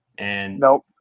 Nope